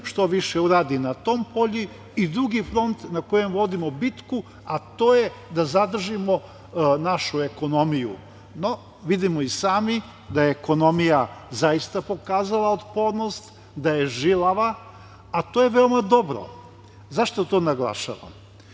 što više uradi na tom polju i drugi front na kojem vodimo bitku, a to je da zadržimo našu ekonomiju. No, vidimo i sami da je ekonomija zaista pokazala otpornost, da je žilava, a to je veoma dobro.Zašto to naglašavam?